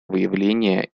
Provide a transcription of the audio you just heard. выявление